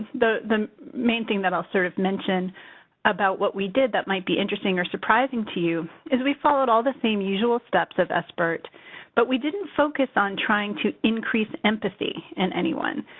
the the main thing that i'll sort of mention about what we did that might be interesting or surprising to you is, we followed all the same usual steps as sbirt but we didn't focus on trying to increase empathy in anyone.